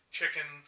Chicken